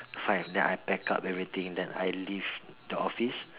five then I pack up everything then I leave the office